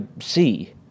see